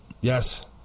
Yes